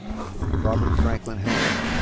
robert franklin hellmuth.